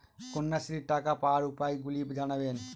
কন্যাশ্রীর টাকা পাওয়ার উপায়গুলি জানাবেন?